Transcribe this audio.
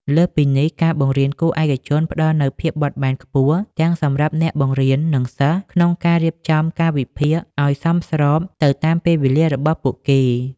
លើសពីនេះ ការបង្រៀនគួរឯកជនផ្តល់នូវភាពបត់បែនខ្ពស់ទាំងសម្រាប់អ្នកបង្រៀន និងសិស្ស ក្នុងការរៀបចំកាលវិភាគឲ្យសមស្របទៅតាមពេលវេលារបស់ពួកគេ។